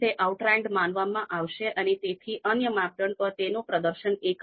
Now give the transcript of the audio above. જ્યારે તટસ્થતા અને પસંદગીના માપદંડોની જરૂરી હોય ત્યારે બીજી પરિસ્થિતિ આવી શકે છે